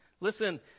Listen